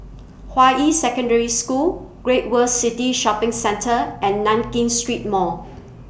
Hua Yi Secondary School Great World City Shopping Centre and Nankin Street Mall